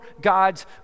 God's